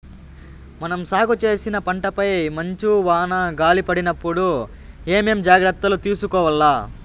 మనం సాగు చేసిన పంటపై మంచు, వాన, గాలి పడినప్పుడు ఏమేం జాగ్రత్తలు తీసుకోవల్ల?